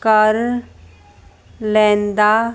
ਕਰ ਲੈਂਦਾ